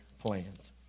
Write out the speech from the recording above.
plans